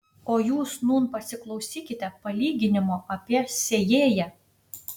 o jūs nūn pasiklausykite palyginimo apie sėjėją